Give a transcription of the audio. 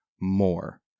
more